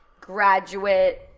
graduate